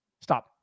Stop